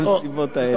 בנסיבות האלה.